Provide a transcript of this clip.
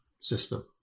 system